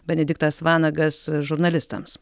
benediktas vanagas žurnalistams